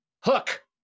Hook